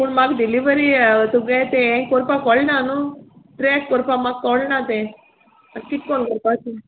पूण म्हाका डिलिव्हरी तुगे तें हें कोरपा कोळना न्हू ट्रॅक कोरपा म्हाका कोणा तें कित कोन्न कोरपाचें